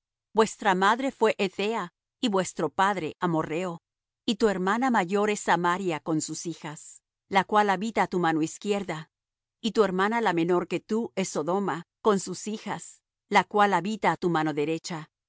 vuestra madre fué hethea y vuestro padre amorrheo y tu hermana mayor es samaria con su hijas la cual habita á tu mano izquierda y tu hermana la menor que tú es sodoma con sus hijas la cual habita á tu mano derecha